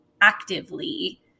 actively